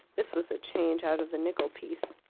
this was the change out of the nickel piece.